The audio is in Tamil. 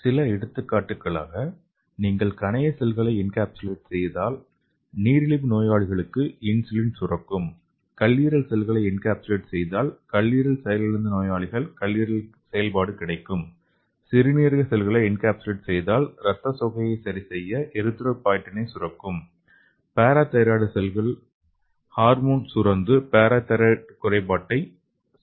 சில எடுத்துக்காட்டுகளாக நீங்கள் கணைய செல்களை என்கேப்சுலேட் செய்தால் நீரிழிவு நோயாளிகளுக்கு இன்சுலின் சுரக்கும் கல்லீரல் செல்களை என்கேப்சுலேட் செய்தால் கல்லீரல் செயலிழந்த நோயாளிகளுக்கு கல்லீரல் செயல்பாடு கிடைக்கும் சிறுநீரக செல்களை என்கேப்சுலேட் செய்தால் ரத்தசோகையை சரி செய்ய எரித்ரோபாய்ட்டினை சுரக்கும் பாரா தைராய்டு செல்கள் ஹார்மோன் சுரந்து பாரா தைராய்டு குறைபாட்டை சரிசெய்யும்